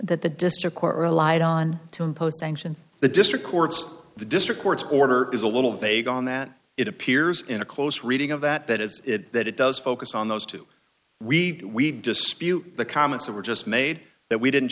that the district court relied on to impose sanctions the district courts the district court's order is a little vague on that it appears in a close reading of that that is that it does focus on those two we dispute the comments that were just made that we didn't